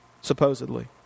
supposedly